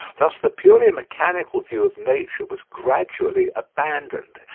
thus the purely mechanical view of nature was gradually abandoned.